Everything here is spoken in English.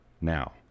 Now